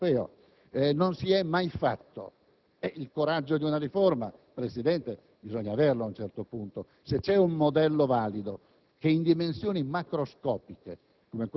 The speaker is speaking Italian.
qui non si fa come al Parlamento europeo, non si è mai fatto. Tuttavia, il coraggio di una riforma, Presidente, bisogna averlo ad un certo punto. Se c'è un modello valido